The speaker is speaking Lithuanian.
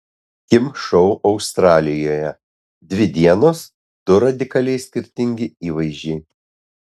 kim šou australijoje dvi dienos du radikaliai skirtingi įvaizdžiai